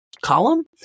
column